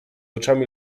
oczami